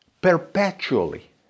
perpetually